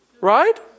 Right